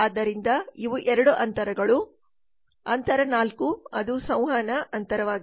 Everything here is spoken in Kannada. ಆದ್ದರಿಂದ ಇವು 2 ಅಂತರಗಳು ಅಂತರ 4 ಅದು ಸಂವಹನ ಅಂತರವಾಗಿದೆ